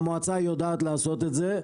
המועצה יודעת לעשות את זה,